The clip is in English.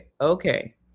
okay